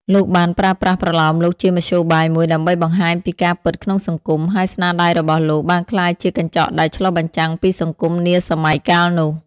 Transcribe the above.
លោកបានប្រើប្រាស់ប្រលោមលោកជាមធ្យោបាយមួយដើម្បីបង្ហាញពីការពិតក្នុងសង្គម ហើយស្នាដៃរបស់លោកបានក្លាយជាកញ្ចក់ដែលឆ្លុះបញ្ចាំងពីសង្គមនាសម័យកាលនោះ។